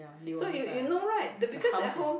so you you right the because at home